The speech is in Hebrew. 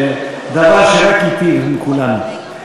זה דבר שרק ייטיב עם כולם.